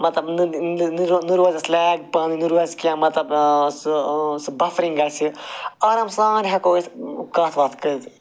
مَطلَب نہَ روزٮ۪س لیگ پانہٕ وٕنۍ نہَ روزٮ۪س کیٚنٛہہ مَطلَب سُہ سُہ بَفرِنٛگ گَژھِ آرام سان ہیٚکو أسۍ کتھ وتھ کٔرِتھ